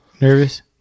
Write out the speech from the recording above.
Nervous